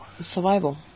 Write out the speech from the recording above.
Survival